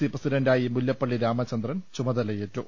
C പ്രസിഡണ്ടായി മുല്ലപ്പള്ളി രാമചന്ദ്രൻ ചുമതലയേറ്റു